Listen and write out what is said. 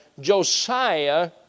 Josiah